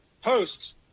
hosts